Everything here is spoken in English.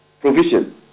provision